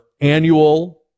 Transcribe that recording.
annual